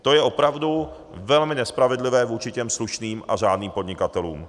To je opravdu velmi nespravedlivé vůči těm slušným a řádným podnikatelům.